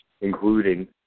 including